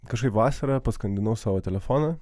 kažkaip vasarą paskandinau savo telefoną